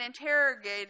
interrogated